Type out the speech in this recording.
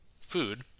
food